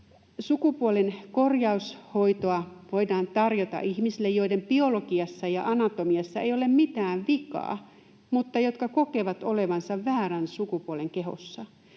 sukupuolenkorjaushoitoa voidaan tarjota ihmisille, joiden biologiassa ja anatomiassa ei ole mitään vikaa mutta jotka kokevat olevansa väärän sukupuolen kehossa,